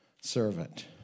servant